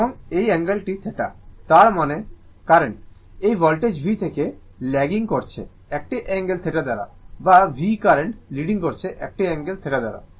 এবং এই অ্যাঙ্গেল টি θ তার মানে কারেন্ট I এই ভোল্টেজ V থেকে ল্যাগিং করছে একটি অ্যাঙ্গেল θ দ্বারা বা V কারেন্ট I লিডিং করছে একটি অ্যাঙ্গেল θ দ্বারা